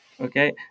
okay